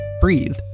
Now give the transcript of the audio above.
breathe